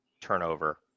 turnover